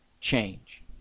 change